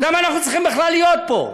למה אנחנו צריכים בכלל להיות פה?